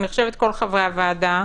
כל חברי הוועדה